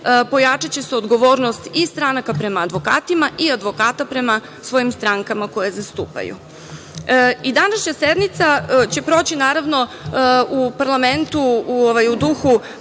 pojačaće se odgovornost i stranaka prema advokatima i advokata prema svojim strankama koje zastupaju.I današnja sednica će proći naravno u parlamentu u duhu